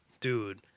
dude